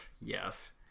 Yes